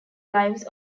lives